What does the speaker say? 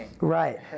Right